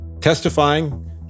testifying